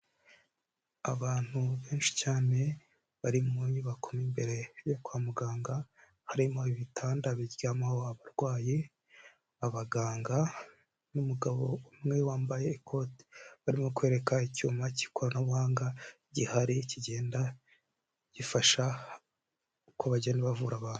Abantu benshi cyane, bari mu nyubako mo imbere yo kwa muganga, harimo ibitanda biryamaho abarwayi, abaganga n'umugabo umwe wambaye ikote. Barimo kwereka icyuma cy'ikoranabuhanga gihari, kigenda gifasha uko bagenda bavura abantu.